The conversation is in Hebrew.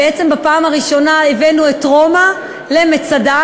בעצם בפעם הראשונה הבאנו את רומא למצדה,